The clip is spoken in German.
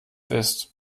ist